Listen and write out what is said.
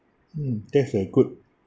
mm that's a good